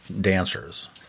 dancers